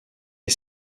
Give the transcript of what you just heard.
est